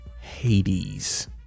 Hades